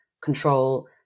control